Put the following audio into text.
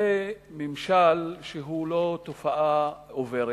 זה ממשל שהוא לא תופעה חולפת